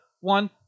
one